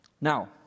Now